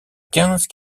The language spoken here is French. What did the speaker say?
quinze